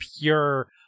pure